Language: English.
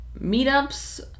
meetups